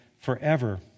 forever